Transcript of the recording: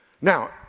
Now